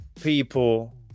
people